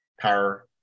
power